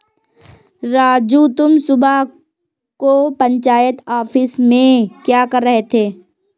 राजू तुम सुबह को पंचायत ऑफिस में क्या कर रहे थे?